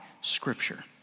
scripture